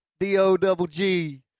D-O-double-G